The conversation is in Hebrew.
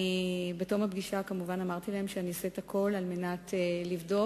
ובתום הפגישה אמרתי להם כמובן שאעשה הכול כדי לוודא